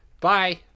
Bye